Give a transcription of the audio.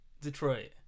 Detroit